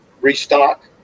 restock